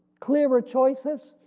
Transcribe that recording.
clearer choices?